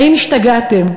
האם השתגעתם?